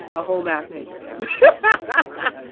a whole math major yeah what? but